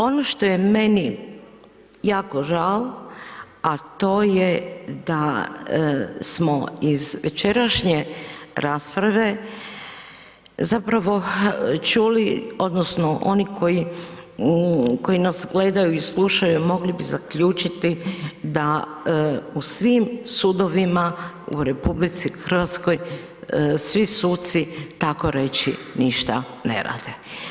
Ono što je meni jako žao, a to je da smo iz večerašnje rasprave zapravo čuli odnosno oni koji nas gledaju i slušaju mogli bi zaključiti da u svim sudovima u RH svi suci tako reći ništa ne rade.